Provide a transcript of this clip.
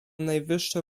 najwyższe